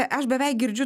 aš beveik girdžiu